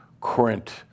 current